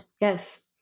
Yes